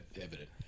evident